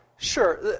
Sure